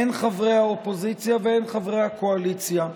הן חברי האופוזיציה והן חברי הקואליציה,